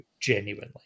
genuinely